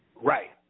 Right